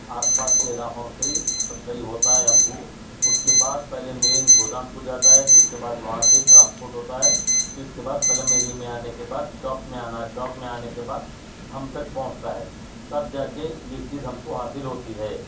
آس پاس کے علاقوں سے سپلائی ہوتا ہے ہم کو اس کے بعد پہلے مین گودام کو جاتا ہے پھر اس کے بعد وہاں سے ٹرانسپورٹ ہوتا ہے پھر اس کے بعد سلم ایریا میں آنے کے بعد شاپ میں آنا ہے شاپ میں آنے کے بعد ہم تک پہنچتا ہے تب جا کے یہ چیز ہم کو حاصل ہوتی ہے